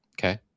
Okay